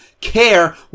care